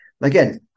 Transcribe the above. Again